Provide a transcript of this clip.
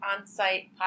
on-site